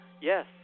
Yes